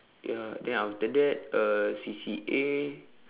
ya then after that uh C_C_A